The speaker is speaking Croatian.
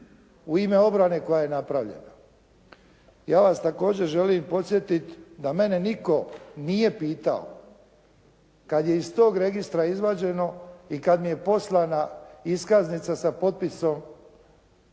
u ime obrane koja je napravljena. Ja vas također želim podsjetiti da mene nitko nije pitao kada je iz tog registra izvađeno i kada mi je poslana iskaznica sa potpisom